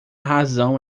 razão